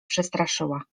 przestraszyła